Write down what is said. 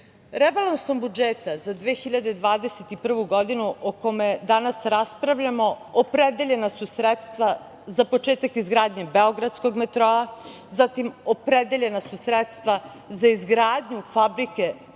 proizvoda. Rebalansom budžeta za 2021. godinu, o kome danas raspravljamo, opredeljena su sredstva za početak izgradnje beogradskog metroa, zatim opredeljena su sredstva za izgradnju fabrike za proizvodnju